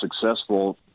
successful